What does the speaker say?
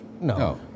No